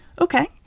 Okay